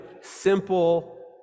simple